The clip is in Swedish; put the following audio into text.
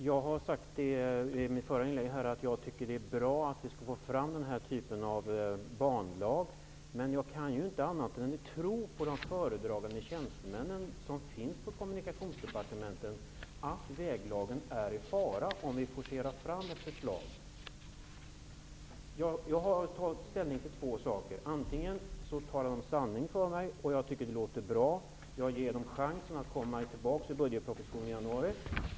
Fru talman! Jag sade i mitt förra inlägg att jag tycker att det vore bra om vi får fram den här typen av banlag. Men jag kan ju inte annat än tro på de föredragande tjänstemännen på Kommunikationsdepartementet när de säger att väglagen är i fara om ett förslag forceras fram. Jag har att ta ställning till två versioner. Antingen talar de sanning för mig: jag tycker att det låter bra, och jag ger regeringen chansen att komma tillbaka i budgetpropositionen i januari.